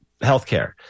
healthcare